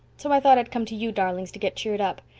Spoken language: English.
so i thought i'd come to you darlings to get cheered up.